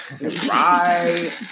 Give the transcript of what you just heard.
Right